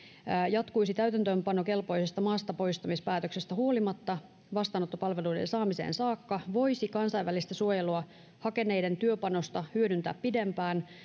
jatkuisi täytäntöönpanokelpoisesta maastapoistamispäätöksestä huolimatta vastaanottopalveluiden saamiseen saakka voisi kansainvälistä suojelua hakeneiden työpanosta hyödyntää pidempään